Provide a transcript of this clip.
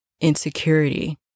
insecurity